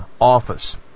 Office